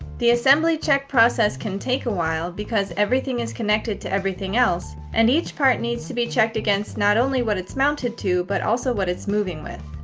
the assembly check process can take a while, because everything is connected to everything else, and each part needs to be checked against not only what it's mounted to but also what it's moving with.